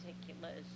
particulars